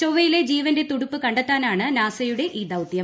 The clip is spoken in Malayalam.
ചൊവ്വയിലെ ജീവന്റെ തുടിപ്പ് കണ്ടെത്താനാണ് നാസയുടെ ഈ ദൌത്യം